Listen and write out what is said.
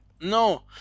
No